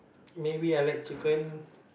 maybe I like chicken